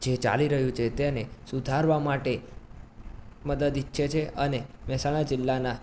જે ચાલી રહ્યું તેને સુધારવા માટે મદદ ઇચ્છે છે અને મહેસાણા જિલ્લાના